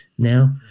now